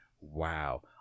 Wow